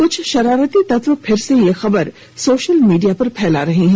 कुछ शरारती तत्व फिर से यह खंबर सोशल मीडिया पर फैला रहे हैं